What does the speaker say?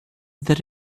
that